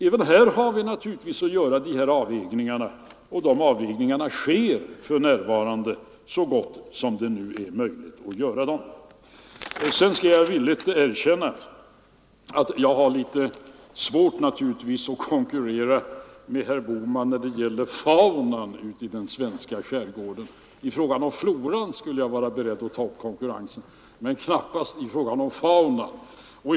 Även där har vi att göra avvägningar, och det gör vi också för närvarande så gott detta nu är möjligt. Ja, sedan skall jag villigt erkänna att jag naturligtvis har svårt att konkurrera med herr Bohman när det gäller faunan i den svenska skärgården. När det gäller floran skulle jag kunna vara beredd att ta upp konkurrensen men knappast när det gäller faunan.